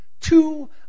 Two